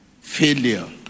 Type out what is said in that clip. Failure